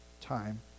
time